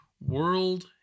World